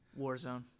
Warzone